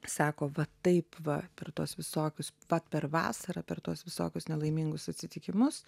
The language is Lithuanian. sako va taip va per tuos visokius pat per vasarą per tuos visokius nelaimingus atsitikimus